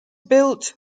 built